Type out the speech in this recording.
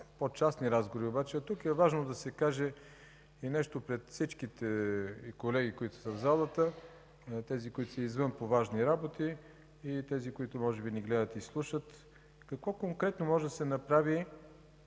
в частни разговори, тук е важно да се каже нещо и пред всички колеги, които са в залата, и на тези, които са отвън по важни работи, и тези, които може би ни гледат и слушат, какво конкретно може да се направи,